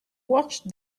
watched